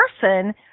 person